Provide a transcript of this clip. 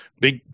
big